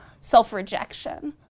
self-rejection